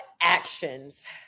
actions